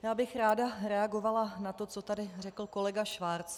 Já bych ráda reagovala na to, co tady řekl kolega Schwarz.